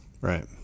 right